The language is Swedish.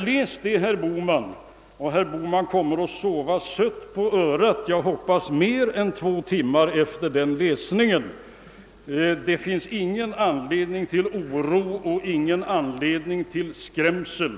Läs det, herr Bohman, och herr Bohman kommer att sova sött på örat, jag hoppas mer än två timmar efter den läsningens Det finns ingen anledning till oro eller skrämsel.